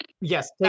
yes